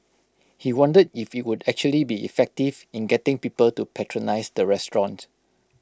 he wondered if IT would actually be effective in getting people to patronise the restaurant